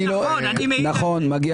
משה.